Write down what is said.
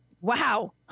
Wow